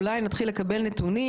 אולי נתחיל לקבל נתונים.